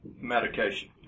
medication